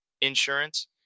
Insurance